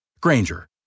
Granger